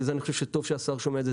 לכן אני חושב שטוב שהשר שומע את זה.